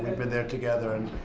been there together. and,